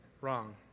wrong